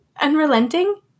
unrelenting